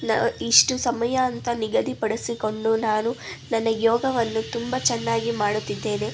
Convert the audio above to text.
ನಾ ಇಷ್ಟು ಸಮಯ ಅಂತ ನಿಗದಿಪಡಿಸಿಕೊಂಡು ನಾನು ನನ್ನ ಯೋಗವನ್ನು ತುಂಬ ಚೆನ್ನಾಗಿ ಮಾಡುತ್ತಿದ್ದೇನೆ